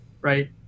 right